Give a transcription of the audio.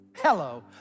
Hello